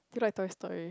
do you like Toy-Story